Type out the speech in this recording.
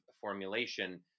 formulation